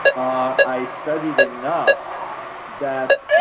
ah i studied enough that